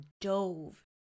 dove